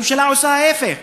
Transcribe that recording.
הממשלה עושה ההפך,